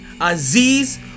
Aziz